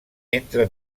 entre